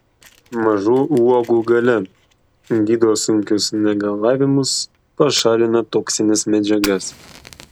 mažų uogų galia gydo sunkius negalavimus pašalina toksines medžiagas